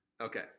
Okay